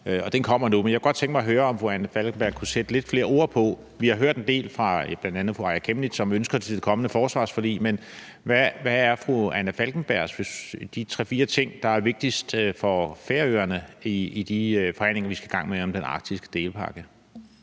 og den kommer nu, men jeg kunne godt tænke mig at høre, om fru Anna Falkenberg kunne sætte lidt flere ord på det. Vi har hørt en del, bl.a. fra fru Aaja Chemnitz, om ønsker til det kommende forsvarsforlig, men hvad er ifølge fru Anna Falkenberg de tre-fire ting, der er vigtigst for Færøerne i de forhandlinger, vi skal i gang med, om den arktiske delpakke?